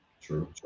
True